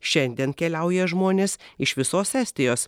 šiandien keliauja žmonės iš visos estijos